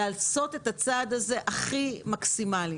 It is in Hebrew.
לעשות את הצעד הזה הכי מקסימלי.